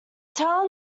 town